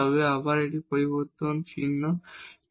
তবে এটি আবার পরিবর্তন চিহ্ন হবে